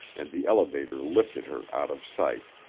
and the elevator lifted her out of sight.